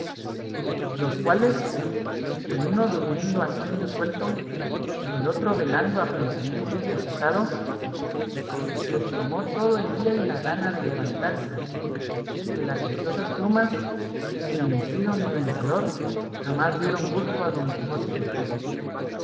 los cuales el uno durmiendo a sueño suelto y el otro velando a pensamientos desatados les tomó el día y la gana de levantarse que las ociosas plumas ni vencido ni vencedor jamás dieron gusto a don quijote